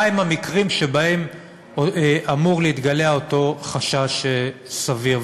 מה הם המקרים שבהם אמור להתגלע אותו חשש סביר.